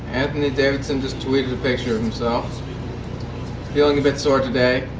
anthony davidson just tweeted a picture of himself. feeling a bit sore today,